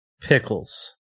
Pickles